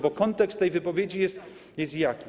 Bo kontekst tej wypowiedzi jest jaki?